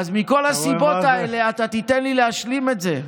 אז מכל הסיבות האלה תיתן לי להשלים את זה.